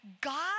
God